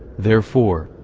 therefore,